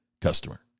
customer